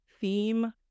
theme